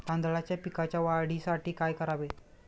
तांदळाच्या पिकाच्या वाढीसाठी काय करावे?